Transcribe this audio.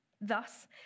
Thus